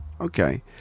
Okay